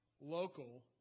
local